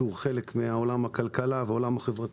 שהוא חלק מעולם הכלכלה ומן העולם החברתי,